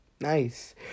nice